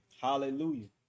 Hallelujah